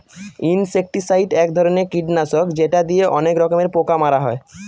insecticide এক ধরনের কীটনাশক যেটা দিয়ে অনেক রকমের পোকা মারা হয়